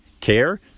care